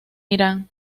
irán